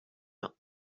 not